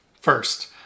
First